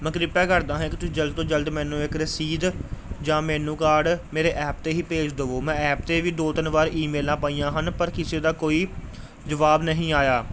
ਮੈਂ ਕ੍ਰਿਪਾ ਕਰਦਾ ਹਾਂ ਕਿ ਤੁਸੀਂ ਜਲਦ ਤੋਂ ਜਲਦ ਮੈਨੂੰ ਇੱਕ ਰਸੀਦ ਜਾਂ ਮੈਨਯੂ ਕਾਰਡ ਮੇਰੇ ਐਪ 'ਤੇ ਹੀ ਭੇਜ ਦੇਵੋ ਮੈਂ ਐਪ 'ਤੇ ਵੀ ਦੋ ਤਿੰਨ ਵਾਰ ਈਮੇਲਾਂ ਪਾਈਆਂ ਹਨ ਪਰ ਕਿਸੇ ਦਾ ਕੋਈ ਜਵਾਬ ਨਹੀਂ ਆਇਆ